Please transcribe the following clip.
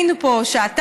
היינו פה שעתיים,